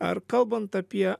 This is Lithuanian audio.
ar kalbant apie